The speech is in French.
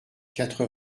quatre